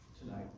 tonight